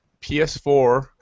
PS4